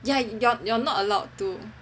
ya ya you're not allowed to